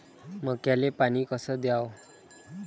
मक्याले पानी कस द्याव?